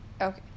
Okay